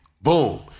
boom